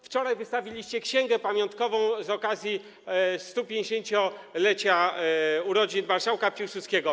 Wczoraj wystawiliście księgę pamiątkową z okazji 150-lecia urodzin marszałka Piłsudskiego.